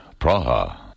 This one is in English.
Praha